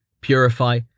Purify